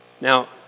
Now